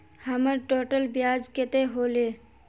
हमर टोटल ब्याज कते होले?